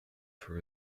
for